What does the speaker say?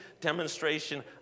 demonstration